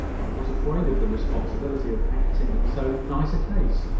was afraid of the responsibility of acting in so nice a case.